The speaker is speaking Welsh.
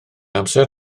amser